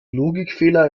logikfehler